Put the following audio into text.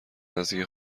نزدیک